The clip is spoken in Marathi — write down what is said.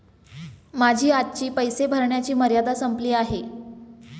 माझी आजची पैसे भरण्याची मर्यादा संपली आहे